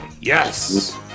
Yes